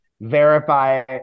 verify